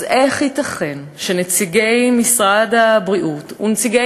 אז איך ייתכן שנציגי משרד הבריאות ונציגי